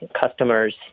customers